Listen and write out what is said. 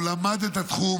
הוא למד את התחום,